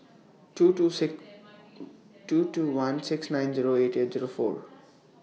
two two six two two one six nine Zero eight eight Zero four